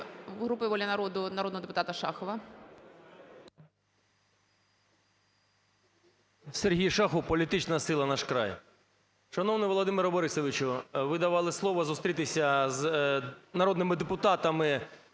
групи "Воля народу" народного депутата Шахова.